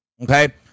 okay